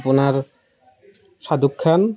আপোনাৰ শ্বাহৰুখ খান